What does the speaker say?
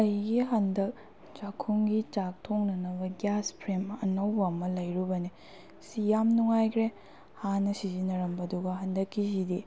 ꯑꯩꯒꯤ ꯍꯟꯗꯛ ꯆꯥꯛꯈꯨꯝꯒꯤ ꯆꯥꯛ ꯊꯣꯡꯅꯅꯕ ꯒ꯭ꯌꯥꯁ ꯐ꯭ꯔꯦꯝ ꯑꯅꯧꯕ ꯑꯃ ꯂꯩꯔꯨꯕꯅꯤ ꯁꯤ ꯌꯥꯝ ꯅꯨꯡꯉꯥꯏꯈ꯭ꯔꯦ ꯍꯥꯟꯅ ꯁꯤꯖꯤꯟꯅꯔꯝꯕꯗꯨꯒ ꯍꯟꯗꯛꯀꯤꯁꯤꯗꯤ